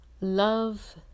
love